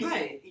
Right